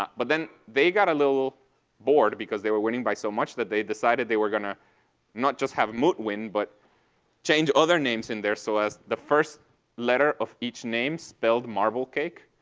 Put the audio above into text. but but then they got a little bored because they were winning by so much that they decided they were going to not just have moot win, but change other names in there so as the first letter of each names spelled marble cake.